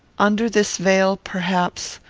under this veil, perhaps,